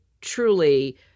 truly